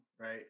right